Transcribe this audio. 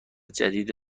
جدید